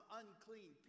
unclean